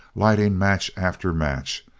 lighting match after match,